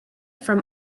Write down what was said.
from